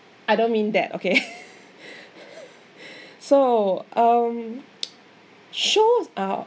I don't mean that okay so um shows are